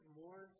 more